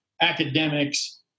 academics